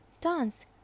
Dance